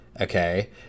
Okay